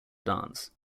dance